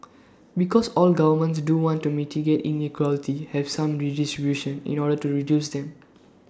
because all governments do want to mitigate inequality have some redistribution in order to reduce them